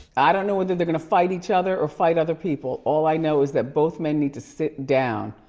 i don't know whether they're gonna fight each other or fight other people. all i know is that both men need to sit down.